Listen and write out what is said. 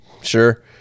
sure